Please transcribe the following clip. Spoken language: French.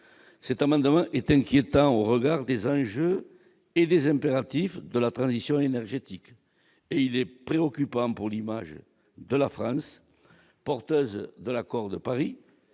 un mandat été inquiétant au regard des enjeux et des impératifs de la transition énergétique et il est préoccupant pour l'image de la France, porteuse de l'accord de Paris